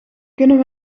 kunnen